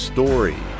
Story